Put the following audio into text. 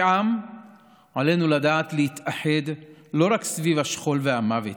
כעם עלינו לדעת להתאחד לא רק סביב השכול והמוות,